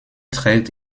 trägt